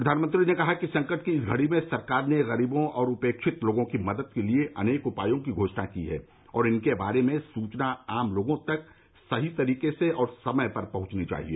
प्रधानमंत्री ने कहा कि संकट की इस घड़ी में सरकार ने गरीबों और उपेक्षित लोगों की मदद के लिए अनेक उपायों की घोषणा की है और इनके बारे में सूचना आम लोगों तक सही तरीके से और समय पर पहुंचनी चाहिए